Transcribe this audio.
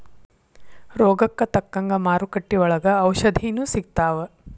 ರೋಗಕ್ಕ ತಕ್ಕಂಗ ಮಾರುಕಟ್ಟಿ ಒಂಗ ಔಷದೇನು ಸಿಗ್ತಾವ